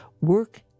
work